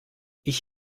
ich